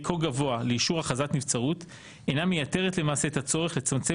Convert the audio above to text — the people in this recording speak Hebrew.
כה גבוה לאישור הכרזת נבצרות אינה מייתרת למעשה את הצורך לצמצם